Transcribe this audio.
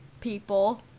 people